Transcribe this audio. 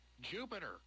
Jupiter